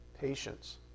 patience